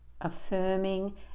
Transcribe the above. affirming